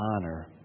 honor